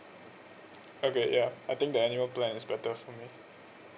okay yeah I think the annual plan is better for me